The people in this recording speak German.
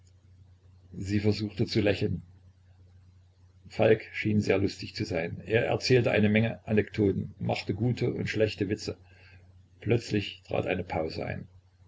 sie versuchte zu lächeln falk schien sehr lustig zu sein er erzählte eine menge anekdoten machte gute und schlechte witze plötzlich trat eine pause ein